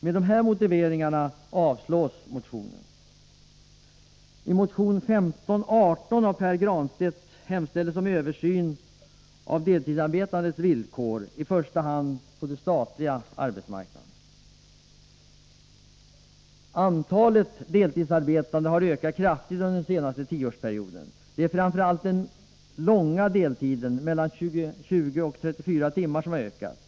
Med dessa motiveringar avstyrks motionen. Antalet deltidsarbetande har ökat kraftigt under den senaste tioårsperioden. Det är framför allt när det gäller den långa deltiden, mellan 20 och 34 timmar, som antalet har ökat.